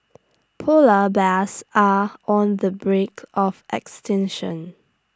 Polar Bears are on the brink of extinction